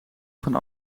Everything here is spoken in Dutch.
van